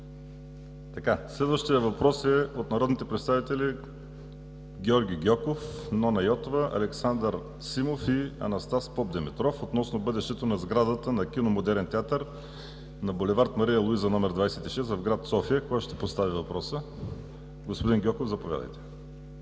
Следващият въпрос е от народните представители Георги Гьоков, Нона Йотова, Александър Симов и Анастас Попдимитров относно бъдещето на сградата на кино „Модерен театър“ на булевард „Мария Луиза“ № 26 в град София. Кой ще постави въпроса? Господин Гьоков, заповядайте.